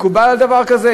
מקובל דבר כזה?